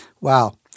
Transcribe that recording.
Wow